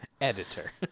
editor